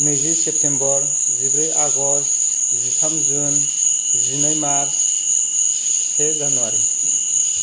नैजि सेबतेम्बर जिब्रै आगस्त जिथाम जुन जिनै मार्स से जानुवारि